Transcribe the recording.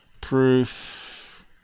Proof